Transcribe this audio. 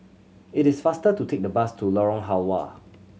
it is faster to take the bus to Lorong Halwa